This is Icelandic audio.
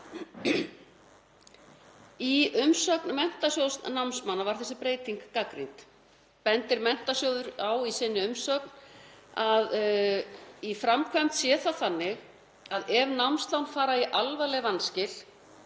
Í umsögn Menntasjóðs námsmanna var þessi breyting gagnrýnd. Bendir sjóðurinn á í sinni umsögn að í framkvæmd sé það þá þannig að ef námslán fara í alvarleg vanskil